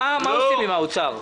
מה עושים עם האוצר?